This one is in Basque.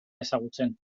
ezagutzen